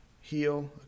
heal